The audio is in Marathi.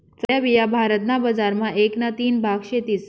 चांगल्या बिया भारत ना बजार मा एक ना तीन भाग सेतीस